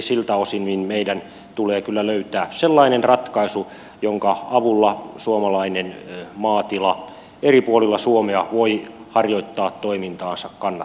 siltä osin meidän tulee kyllä löytää sellainen ratkaisu jonka avulla suomalainen maatila eri puolilla suomea voi harjoittaa toimintaansa kannattavasti